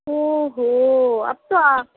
او ہو اب تو آپ